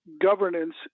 governance